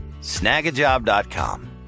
Snagajob.com